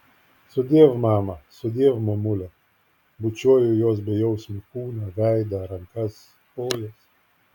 sudiev mama sudiev mamule bučiuoju jos bejausmį kūną veidą rankas kojas